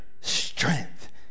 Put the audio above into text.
strength